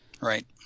Right